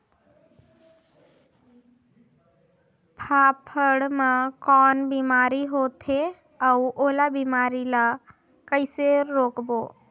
फाफण मा कौन बीमारी होथे अउ ओला बीमारी ला कइसे रोकबो?